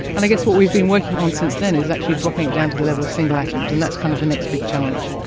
and i guess what we've been working on since then is actually dropping it down to the level of single atoms, and that's kind of the next big challenge.